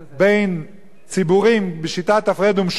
בין ציבורים בשיטת הפרד ומשול,